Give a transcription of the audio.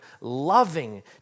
loving